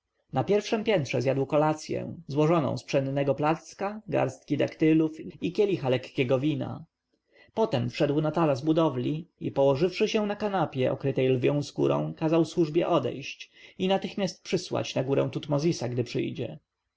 na pierwszem piętrze zjadł kolację złożoną z pszennego placka garstki daktylów i kielicha lekkiego piwa potem wszedł na taras budowli i położywszy się na kanapie okrytej lwią skórą kazał służbie odejść i natychmiast przysłać na górę tutmozisa gdy przyjedzie